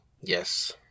Yes